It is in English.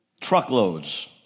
Truckloads